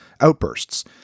outbursts